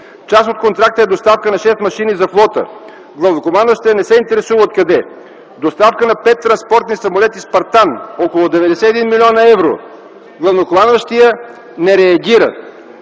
Част от контракта е доставка на шест машини за флота – главнокомандващият не се интересува откъде. Доставка на 5 транспортни самолета „Спартан” – около 91 млн. евро – главнокомандващият не реагира.